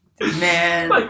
Man